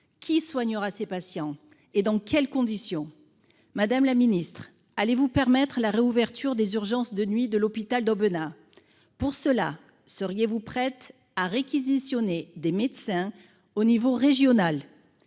qui soignera ses patients et dans quelles conditions. Madame la ministre allez-vous permettre la réouverture des urgences de nuit de l'hôpital d'Aubenas pour cela. Seriez-vous prête à réquisitionner des médecins au niveau régional